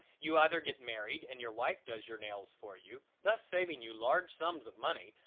you either get married and your wife does your nails for you, thus saving you large sums of money,